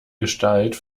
gestalt